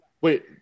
Wait